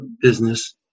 business